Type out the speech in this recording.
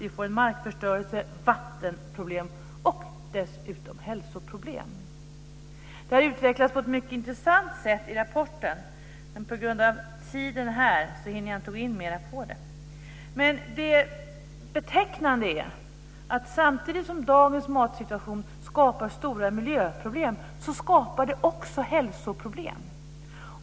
Vi får markförstörelse, vattenproblem och dessutom hälsoproblem. Det här utvecklas på ett mycket intressant sätt i rapporten, men på grund av tiden hinner jag inte gå in mera på det. Men det betecknande är att samtidigt som dagens matsituation skapar stora miljöproblem skapar den också hälsoproblem.